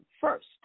First